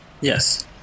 Yes